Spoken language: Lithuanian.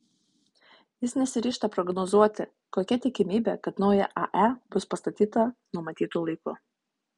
jis nesiryžta prognozuoti kokia tikimybė kad nauja ae bus pastatyta numatytu laiku